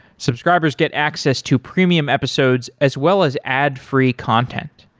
subscribers get access to premium episodes as well as ad free content.